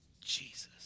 Jesus